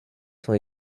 sont